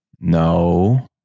No